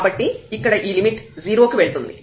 కాబట్టి ఇక్కడ ఈ లిమిట్ 0 కి వెళ్తుంది